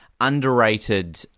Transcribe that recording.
underrated